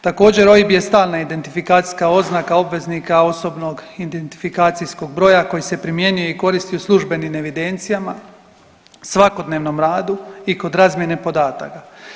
Također OIB je stalna identifikacijska oznaka obveznika osobnog identifikacijskoj broja koji se primjenjuje i koristi u službenim evidencijama, svakodnevnom radu i kod razmjene podataka.